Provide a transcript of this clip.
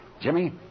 Jimmy